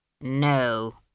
No